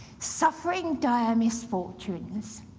suffering dire misfortunes,